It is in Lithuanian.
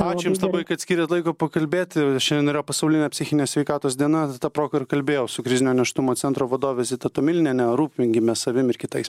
ačiū jums labai kad skyrėt laiko pakalbėti šiandien yra pasaulinė psichinės sveikatos diena ta proga ir kalbėjau su krizinio nėštumo centro vadove zita tomiliniene rūpinkimės savim ir kitais